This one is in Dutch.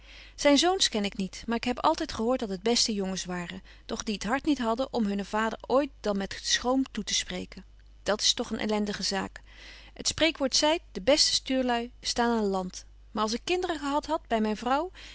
zyn zoons ken ik niet maar ik heb altyd gehoort dat het beste jongens waren doch die t hart niet hadden om hunnen vader ooit dan met schroom toe te spreken dat is toch een elendige zaak t spreekwoord zeit de beste stuurlui staan aan land maar als ik kinderen gehad had by myn vrouw